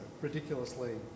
ridiculously